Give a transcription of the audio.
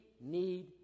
need